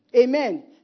Amen